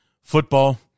football